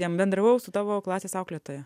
jam bendravau su tavo klasės auklėtoja